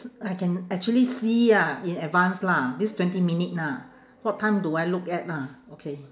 I can actually see ah in advance lah this twenty minute lah what time do I look at lah okay